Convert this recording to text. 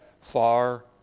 far